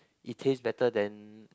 it taste better than